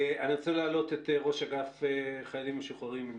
אני רוצה להעלות את ראש אגף חיילים משוחררים,